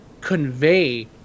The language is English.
convey